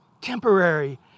temporary